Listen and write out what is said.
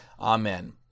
Amen